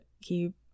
keep